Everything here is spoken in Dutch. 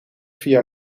via